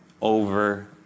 Over